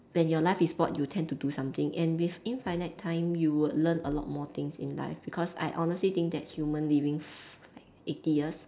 when your life is bored you tend to do something and with infinite time you will learn a lot more things in life because I honestly think that humans living fif~ eighty years